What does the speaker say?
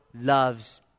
loves